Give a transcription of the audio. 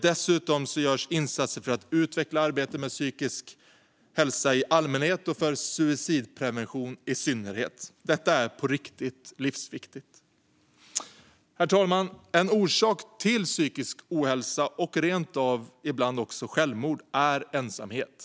Dessutom görs insatser för att utveckla arbetet med psykisk hälsa i allmänhet och suicidprevention i synnerhet. Detta är på riktigt livsviktigt. Herr talman! En orsak till psykisk ohälsa och rent av självmord är ensamhet.